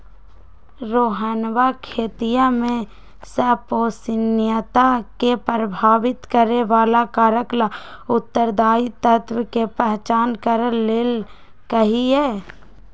रोहनवा खेतीया में संपोषणीयता के प्रभावित करे वाला कारक ला उत्तरदायी तत्व के पहचान कर लेल कई है